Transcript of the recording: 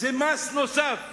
זה מס נוסף